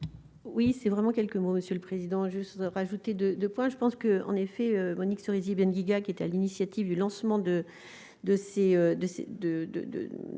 Oui, c'est vraiment quelque mois Monsieur le Président, juste rajouter de de quoi je pense que, en effet, Monique Cerisier-Ben Guiga, qui est à l'initiative du lancement de de